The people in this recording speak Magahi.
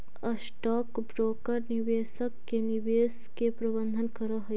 स्टॉक ब्रोकर निवेशक के निवेश के प्रबंधन करऽ हई